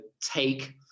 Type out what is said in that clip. take